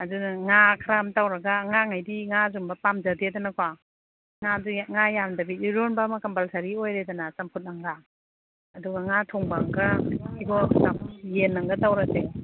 ꯑꯗꯨꯅ ꯉꯥ ꯈꯔ ꯑꯃ ꯇꯧꯔꯒ ꯑꯉꯥꯡꯉꯩꯗꯤ ꯉꯥꯒꯨꯝꯕ ꯄꯥꯝꯖꯗꯦꯗꯅꯀꯣ ꯉꯥ ꯌꯥꯝꯗꯕꯤ ꯏꯔꯣꯟꯕ ꯑꯃ ꯀꯝꯄꯜꯁꯔꯤ ꯑꯣꯏꯔꯦꯗꯅ ꯆꯝꯐꯨꯠ ꯑꯝꯒ ꯑꯗꯨꯒ ꯉꯥ ꯊꯣꯡꯕ ꯑꯝꯒ ꯌꯦꯟ ꯑꯝꯒ ꯇꯧꯔꯁꯦ